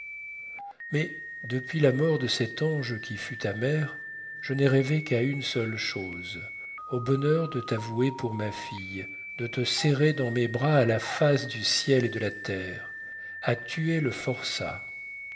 mais depuis la mort de cet ange qui fut ta mère je n'ai rêvé qu'à une seule chose au bonheur de t'avouer pour ma fille de te serrer dans mes bras à la face du ciel et de la terre à tuer le forçat